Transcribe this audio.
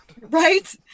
Right